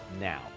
now